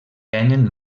tenen